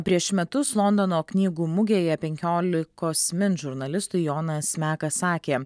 prieš metus londono knygų mugėje penkiolikos min žurnalistui jonas mekas sakė